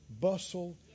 bustle